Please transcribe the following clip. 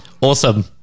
awesome